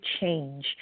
change